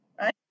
right